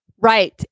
Right